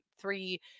three